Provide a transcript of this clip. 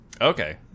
Okay